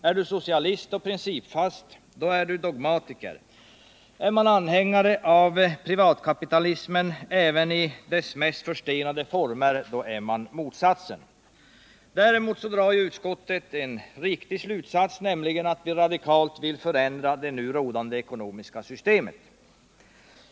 Är du socialist och principfast är du dogmatiker, är man anhängare av privatkapitalism även i dess mest förstenade former är man motsatsen. Däremot drar utskottet en riktig slutsats, nämligen att vi radikalt vill förändra det nu rådande ekonomiska systemet.